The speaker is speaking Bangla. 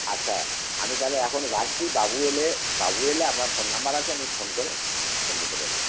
আচ্ছা আমি তাহলে এখন রাখছি বাবু এলে বাবু এলে আপনার ফোন নম্বর আছে আমি ফোন করে জেনে নিতে বলবো